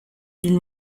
ils